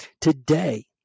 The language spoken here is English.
today